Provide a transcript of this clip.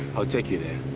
i'll take you there.